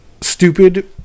stupid